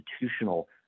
institutional